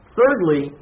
Thirdly